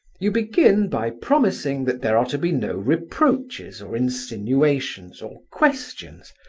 you begin by promising that there are to be no reproaches or insinuations or questions,